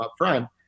upfront